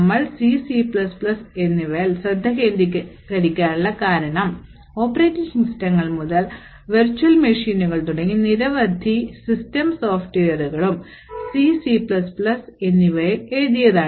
ഞങ്ങൾ C C എന്നിവയിൽ ശ്രദ്ധ കേന്ദ്രീകരിക്കാനുള്ള കാരണം ഓപ്പറേറ്റിംഗ് സിസ്റ്റങ്ങൾ മുതൽ വിർച്വൽ മെഷീനുകൾ തുടങ്ങി നിരവധി സിസ്റ്റം സോഫ്റ്റ് വെയറുകളും C C എന്നിവയിൽ എഴുതിയതാണ്